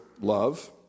love